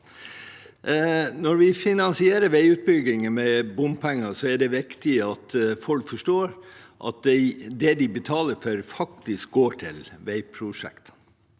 Når vi finansierer veiutbyggingen med bompenger, er det viktig at folk forstår at det de betaler inn, faktisk går til veiprosjekter.